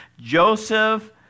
Joseph